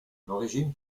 l’origine